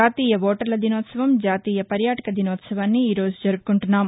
జాతీయ ఓటర్ల దినోత్సవం జాతీయ పర్యాటక దినోత్సవాన్ని ఈరోజు జరుపుకుంటున్నాం